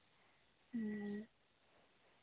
ᱦᱮᱸ